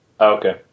Okay